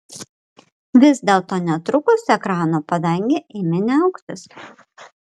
vis dėlto netrukus ekrano padangė ėmė niauktis